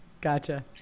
gotcha